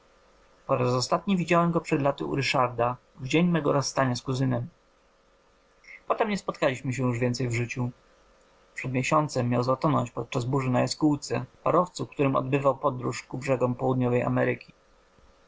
po raz ostatni widziałem go przed laty u ryszarda w dzień mego rozstania z kuzynem potem nie spotkaliśmy się już więcej w życiu przed miesiącem miał zatonąć podczas burzy na jaskółce parowcu którym odbywał podróż ku brzegom południowej ameryki